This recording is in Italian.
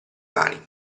mani